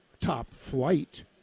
top-flight